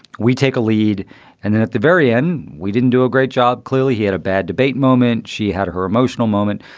we take a lead and then at the very end, we didn't do a great job. clearly, he had a bad debate moment. she had her emotional moment.